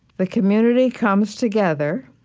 the community comes together,